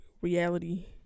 reality